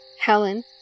Helen